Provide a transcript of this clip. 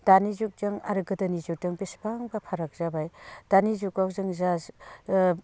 दानि जुगजों आरो गोदोनि जुगजों बेसेबांबा फाराग जाबाय दानि जुगाव जों जा